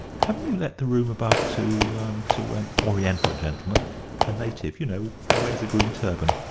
haven't you let the room above to to an oriental gentleman a native, you know wears a green turban?